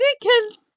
dickens